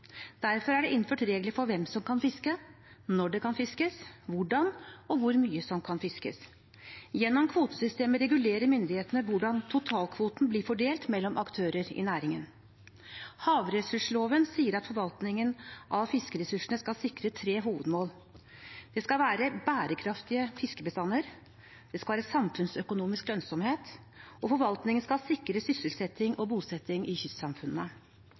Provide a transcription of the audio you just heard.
Derfor er det innført regler for hvem som kan fiske, når det kan fiskes, hvordan og hvor mye som kan fiskes. Gjennom kvotesystemet regulerer myndighetene hvordan totalkvoten blir fordelt mellom aktører i næringen. Havressursloven sier at forvaltningen av fiskeressursene skal sikre tre hovedmål: Det skal være bærekraftige fiskebestander, det skal være samfunnsøkonomisk lønnsomhet, og forvaltningen skal sikre sysselsetting og bosetting i kystsamfunnene.